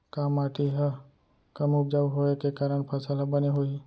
का माटी हा कम उपजाऊ होये के कारण फसल हा बने होही?